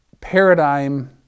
paradigm